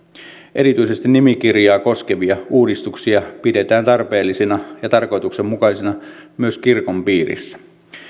erityisesti nimikirjaa koskevia uudistuksia pidetään tarpeellisina ja tarkoituksenmukaisina myös kirkon piirissä